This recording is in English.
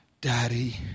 Daddy